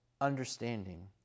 understanding